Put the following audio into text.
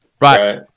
Right